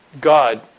God